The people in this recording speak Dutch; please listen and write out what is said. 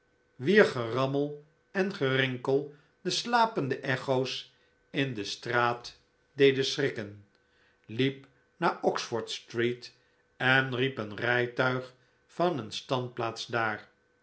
wier gerammel en gerinkel de slapende echo's in de straat deden schrikken liep naar oxfordstreet en riep een rijtuig van een standplaats daar